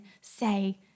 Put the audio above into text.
say